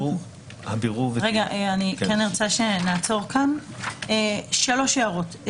אני כן ארצה שנעצור כאן, יש לי שלוש הערות.